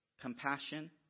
compassion